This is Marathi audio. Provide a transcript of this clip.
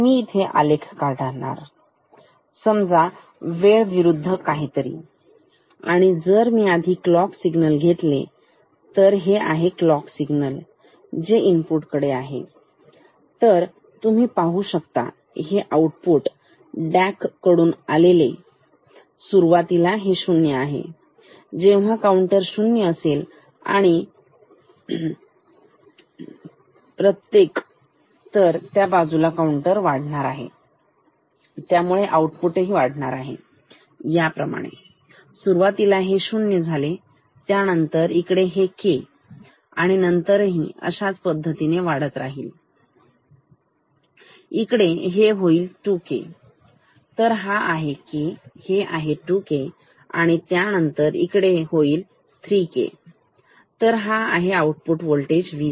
मी इथे आलेख काढणार समजा वेळ विरुद्ध काहीतरी आणि जर मी आधी क्लॉक सिग्नल घेतले तर हे आहे क्लॉक सिग्नल जे इनपुट कडे आले आहे तर तुम्ही पाहू शकता हे आउटपुट DAC कडून आलेले सुरूवातीला हे शून्य आहे जेव्हा काऊंटर 0 असेल आणि प्रत्येक तर त्या बाजूला काउंटर वाढणार आहे त्यामुळे आउटपुट ही वाढणार आहे याप्रमाणे सुरूवातीला हे शून्य त्यानंतर इकडे हे K तर नंतरही अशा पद्धतीने राहील इकडे हे होईल 2K तर हा आहे K हे आहे 2K त्यानंतर होईल 3K तर हा आहे आउटपुट वोल्टेज V0